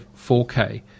4K